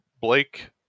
Blake